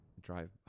drive